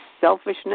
selfishness